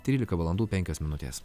trylika valandų penkios minutės